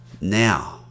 Now